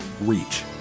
reach